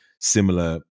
similar